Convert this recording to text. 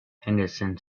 henderson